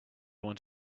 want